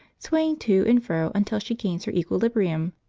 swaying to and fro until she gains her equilibrium,